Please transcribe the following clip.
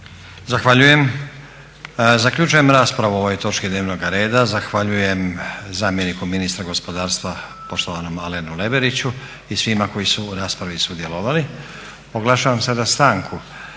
Zahvaljujem. Zaključujem raspravu o ovoj točki dnevnoga rada. Zahvaljujem zamjeniku ministra gospodarstva poštovanom Alenu Leveriću i svima koji su u raspravi sudjelovali. Oglašavam sada stanku.